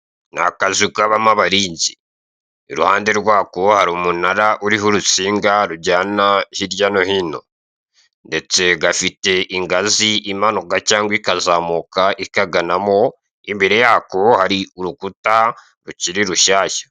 Ni akazu kabamo abarinzi. Iruhande rwako hari umunara uriho urusinga rujyana hirya no hino ndetse gafite ingazi imanuka cyangwa ikazamuka ikaganamo, imbere yako hari urukuta rukiri rushyashya.